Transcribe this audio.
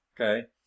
Okay